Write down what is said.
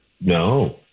No